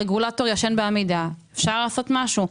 הרגולטור ישן בעמידה ואפשר לעשות משהו.